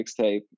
mixtape